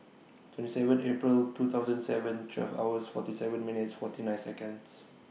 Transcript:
twenty seven April two thousand and seven twelve hours forty seven minutes forty nine Seconds